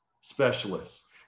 specialists